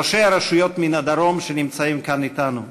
ראשי הרשויות מהדרום שנמצאים כאן אתנו.